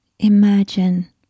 Imagine